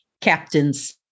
captain's